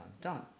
done